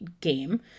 game